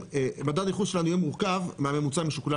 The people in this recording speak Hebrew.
מדד הייחוס שלנו יהיה מורכב מהממוצע המשוקלל